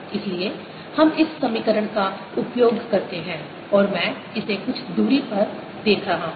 इसलिए हम इस समीकरण का उपयोग करते हैं और मैं इसे कुछ दूरी l पर देख रहा हूं